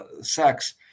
sex